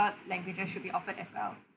what languages should be offered as well